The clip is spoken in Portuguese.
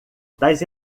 das